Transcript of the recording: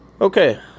Okay